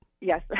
yes